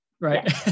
right